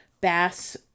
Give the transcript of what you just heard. bass